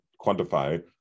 quantify